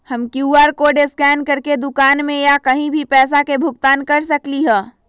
हम QR code scan करके दुकान में या कहीं भी पैसा के भुगतान कर सकली ह?